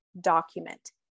document